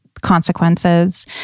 consequences